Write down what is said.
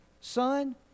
Son